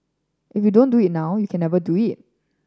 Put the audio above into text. if you don't do it now you can never do it